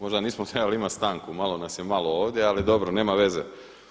Možda nismo trebali imati stanku malo nas je malo ovdje, ali dobro nema veze.